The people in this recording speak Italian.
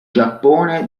giappone